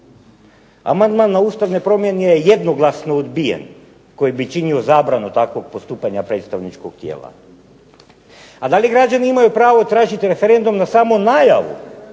Amandman na ustavne promjene je jednoglasno odbijen koji bi činio zabranu takvog postupanja predstavničkog tijela. A da li građani imaju pravo tražiti referendum na samu najavu